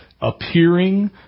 Appearing